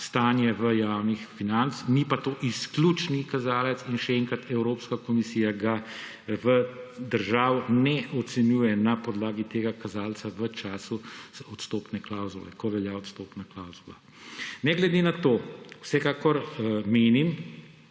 stanje v javnih financah, ni pa to izključni kazalec. In še enkrat, Evropska komisija držav ne ocenjuje na podlagi tega kazalca v času, ko velja odstopna klavzula. Ne glede na to, vsekakor menim,